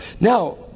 Now